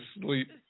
sleep